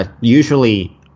Usually